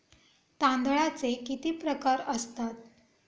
तांदळाचे किती प्रकार असतात?